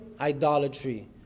idolatry